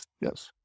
Yes